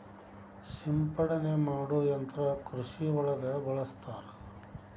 ಸಿಂಪಡನೆ ಮಾಡು ಯಂತ್ರಾ ಕೃಷಿ ಒಳಗ ಬಳಸ್ತಾರ